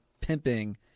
pimping